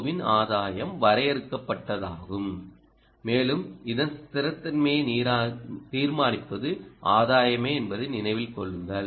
ஓவின் ஆதாயம் வரையறுக்கப்பட்டதாகும் மேலும் இதன் ஸ்திரத்தன்மையை தீர்மானிப்பது ஆதாயமே என்பதை நினைவில் கொள்ளுங்கள்